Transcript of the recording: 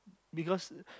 because